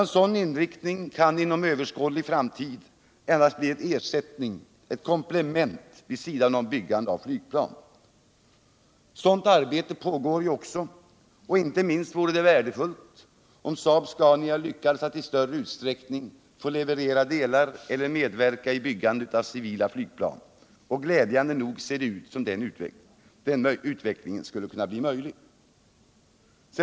En sådan inriktning kan inom överskådlig framtid inte bli en ersättning för byggande av flygplan —den kan endast bli ett komplement. Sådant arbete pågår också, och inte minst värdefullt vore det om företaget i ökad utsträckning kunde medverka i byggande av civila flygplan. Glädjande nog ser det ut som om en sådan utveckling skulle kunna bli möjlig.